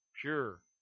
pure